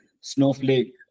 Snowflake